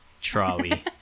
Trolley